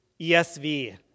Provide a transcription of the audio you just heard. ESV